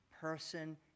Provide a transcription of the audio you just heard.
person